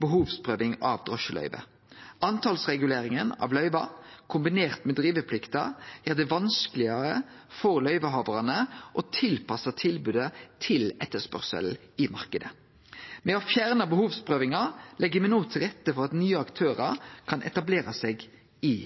behovsprøving av drosjeløyve. Reguleringa av talet på løyve kombinert med driveplikta gjer det vanskelegare for løyvehavarane å tilpasse tilbodet til etterspørselen i marknaden. Ved å fjerne behovsprøvinga legg me no til rette for at nye aktørar kan etablere seg i